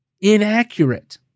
inaccurate